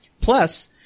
Plus